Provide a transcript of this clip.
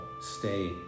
stay